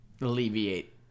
Alleviate